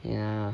ya